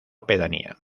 pedanía